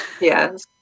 Yes